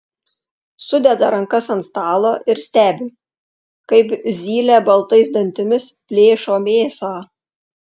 sudeda rankas ant stalo ir stebi kaip zylė baltais dantimis plėšo mėsą